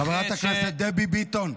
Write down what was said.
חברת הכנסת דבי ביטון.